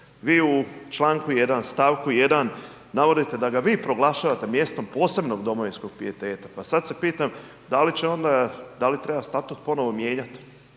Vi u čl. 1. st. 1. navodite da ga vi proglašavate mjestom posebnog domovinskog pijeteta, pa sad se pitam da li će onda, da li treba statut ponovo mijenjat